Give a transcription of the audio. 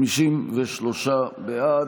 53 בעד,